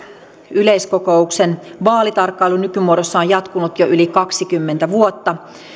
yleiskokouksen vaalitarkkailu nykymuodossaan on jatkunut jo yli kaksikymmentä vuotta